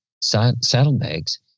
saddlebags